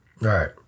right